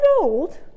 old